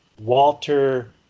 Walter